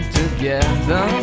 together